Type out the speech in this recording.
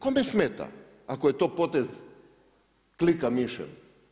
Kome smeta, ako je to potez klika mišem?